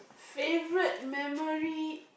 favourite memory